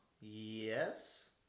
Yes